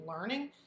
learning